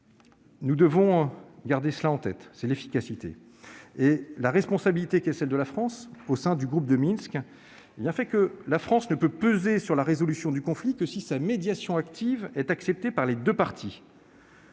Nous ne devons en effet pas perdre de vue l'efficacité. La responsabilité qui est celle de la France au sein du groupe de Minsk fait que notre pays ne peut peser sur la résolution du conflit que si sa médiation active est acceptée par les deux parties.